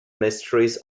mysteries